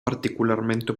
particularmente